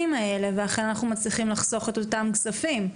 האלה ואכן אנחנו מצליחים לחסוך את אותם כספים.